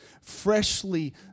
Freshly